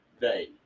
day